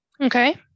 Okay